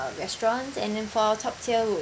restaurants and then for our top tier would